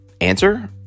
answer